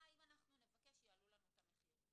אם אנחנו נבקש יעלו לנו את המחיר.